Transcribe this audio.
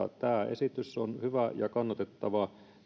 esitys on hyvä ja kannatettava